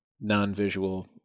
non-visual